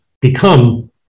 become